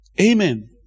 Amen